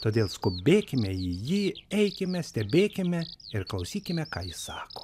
todėl skubėkime į jį eikime stebėkime ir klausykime ką jis sako